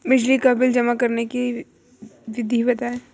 बिजली का बिल जमा करने की विधि बताइए?